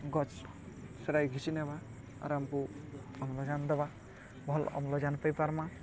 ଗଛ୍ ସୁରାଇ ଘିସି ନେମା ଆର୍ ଆମ୍କୁ ଅମ୍ଲଜାନ ଦବା ଭଲ୍ ଅମ୍ଲଜାନ ପାଇପାର୍ମା